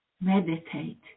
Meditate